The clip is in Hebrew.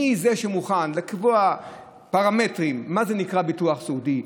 מי זה שמוכן לקבוע פרמטרים מה זה נקרא ביטוח סיעודי,